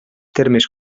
termes